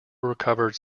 recovered